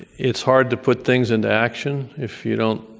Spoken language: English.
it's hard to put things into action if you don't